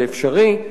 זה אפשרי,